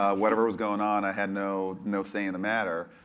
ah whatever was going on, i had no no say in the matter.